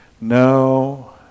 no